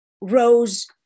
rose